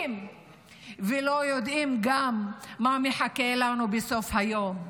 וגם לא יודעים מה מחכה לנו בסוף היום,